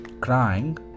crying